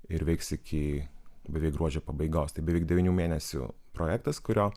ir veiks iki beveik gruodžio pabaigos tai beveik devynių mėnesių projektas kurio